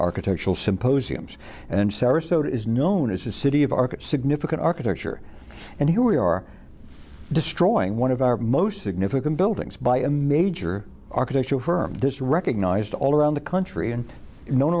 architectural symposiums and sarasota is known as the city of our significant architecture and here we are destroying one of our most significant buildings by a major architectural firm this recognized all around the country and kno